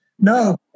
No